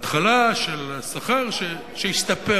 התחלה של שכר שישתפר.